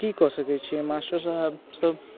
तऽ की कऽ सकै छियै मास्टरो साहब सभ